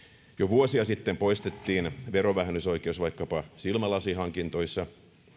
vuosia sitten poistettiin verovähennysoikeus vaikkapa silmälasihankinnoista ja